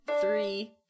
three